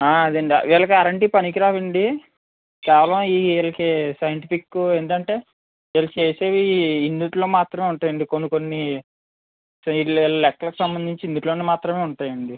అదేనండి వీళ్ళకి అలాంటివి పనికిరావండి కేవలం వీళ్ళకి సైంటిఫిక్ ఏంటంటే వీళ్ళు చేసేవి ఇందులో మాత్రమే ఉంటాయండి కొన్ని కొన్ని చెయ్యలేని లెక్కలకు సంబంధించి ఇందులోని మాత్రమే ఉంటాయండి